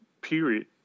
period